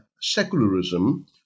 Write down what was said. secularism